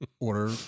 order